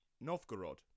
Novgorod